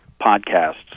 podcasts